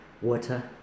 water